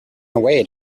away